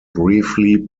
briefly